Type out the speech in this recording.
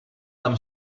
tam